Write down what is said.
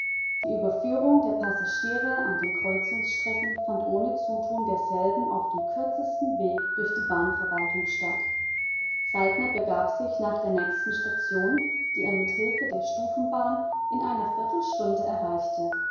die überführung der passagiere an den kreuzungsstrecken fand ohne zutun derselben auf dem kürzesten weg durch die bahnverwaltung statt saltner begab sich nach der nächsten station die er mit hilfe der stufenbahn in einer viertelstunde erreichte